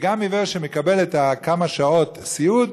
וגם עיוור שמקבל כמה שעות סיעוד,